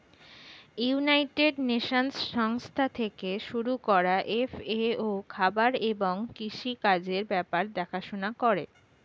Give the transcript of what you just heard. United Nations সংস্থা থেকে শুরু করা এফ.এ.ও খাবার এবং কৃষি কাজের ব্যাপার দেখাশোনা করে